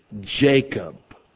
Jacob